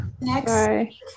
Next